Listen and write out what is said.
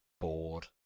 bored